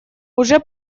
уже